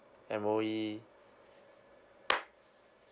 M_O_E